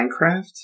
Minecraft